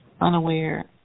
unaware